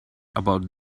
about